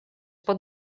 pot